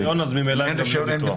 אם אין רישיון, אין ביטוח.